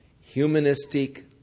humanistic